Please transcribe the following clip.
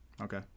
Okay